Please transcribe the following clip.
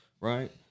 right